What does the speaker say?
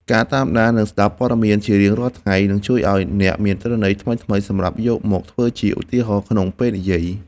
ការតាមដាន និងស្ដាប់ព័ត៌មានជារៀងរាល់ថ្ងៃ នឹងជួយឱ្យអ្នកមានទិន្នន័យថ្មីៗសម្រាប់យកមកធ្វើជាឧទាហរណ៍ក្នុងពេលនិយាយ។